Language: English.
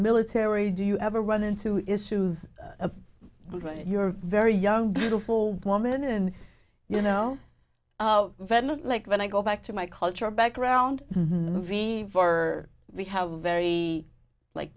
military do you ever run into issues of your very young beautiful woman and you know like when i go back to my cultural background or we have a very like